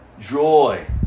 Joy